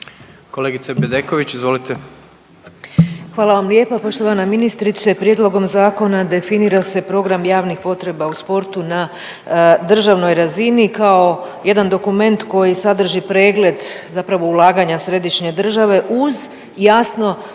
izvolite. **Bedeković, Vesna (HDZ)** Hvala vam lijepa. Poštovana ministrice, prijedlogom zakona definira se program javnih potreba u sportu na državnoj razini kao jedan dokument koji sadrži pregled zapravo ulaganja središnje države uz jasno